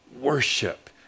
worship